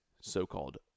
so-called